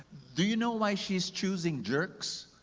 do you know why she's choosing jerks?